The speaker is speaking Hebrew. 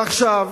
ועכשיו,